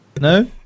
No